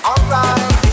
Alright